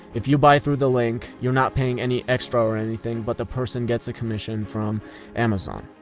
if you buy through the link, you're not paying any extra or anything, but the person gets a commission from amazon.